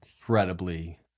incredibly